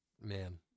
man